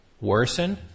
worsen